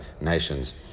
nations